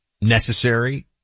necessary